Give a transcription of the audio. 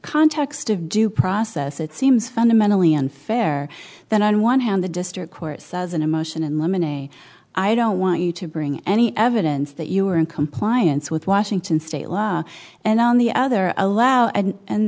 context of due process it seems fundamentally unfair that on one hand the district court says an emotion in lemony i don't want you to bring any evidence that you are in compliance with washington state law and on the other allow and